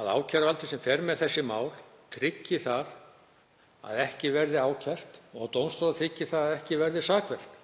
að ákæruvaldið, sem fer með þessi mál, tryggi að ekki verði ákært og dómstólar tryggi að ekki verði sakfellt